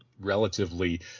relatively